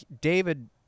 David